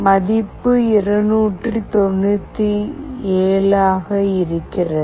மதிப்பு 297 இருக்கிறது